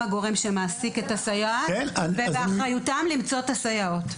הגורם שמעסיק את הסייעות ובאחריותם למצוא את הסייעות.